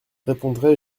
répondrai